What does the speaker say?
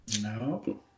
No